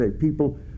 people